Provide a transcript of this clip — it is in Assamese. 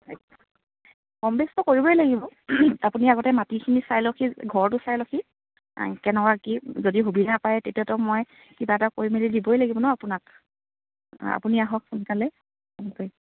কম বেচটো কৰিবই লাগিব আপুনি আগতে মাটিখিনি চাই লওকহি ঘৰটো চাই লওকহি কেনেকুৱা কি যদি সুবিধা পায় তেতিয়াতো মই কিবা এটা কৰি মেলি দিবই লাগিব ন আপোনাক আপুনি আহক সোনকালে ফোন কৰিম